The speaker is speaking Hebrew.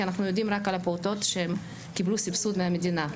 כי אנחנו יודעים רק על הפעוטות שהם קיבלו סבסוד מהמדינה,